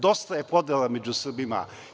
Dosta je podela među Srbima.